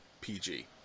PG